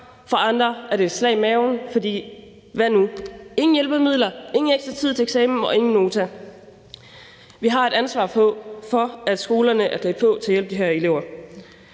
For andre er det et slag i maven, for hvad nu? Ingen hjælpemidler, ingen ekstra tid til eksamen og ingen Nota. Vi har et ansvar for, at skolerne er klædt på til at hjælpe de her elever.